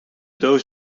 doos